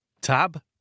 Tab